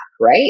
right